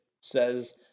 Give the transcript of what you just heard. says